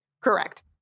Correct